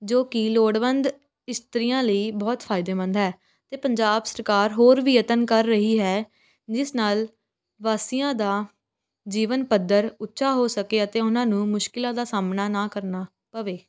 ਜੋ ਕਿ ਲੋੜਵੰਦ ਇਸਤਰੀਆਂ ਲਈ ਬਹੁਤ ਫਾਇਦੇਮੰਦ ਹੈ ਅਤੇ ਪੰਜਾਬ ਸਰਕਾਰ ਹੋਰ ਵੀ ਯਤਨ ਕਰ ਰਹੀ ਹੈ ਜਿਸ ਨਾਲ ਵਾਸੀਆਂ ਦਾ ਜੀਵਨ ਪੱਧਰ ਉੱਚਾ ਹੋ ਸਕੇ ਅਤੇ ਉਹਨਾਂ ਨੂੰ ਮੁਸ਼ਕਿਲਾਂ ਦਾ ਸਾਹਮਣਾ ਨਾ ਕਰਨਾ ਪਵੇ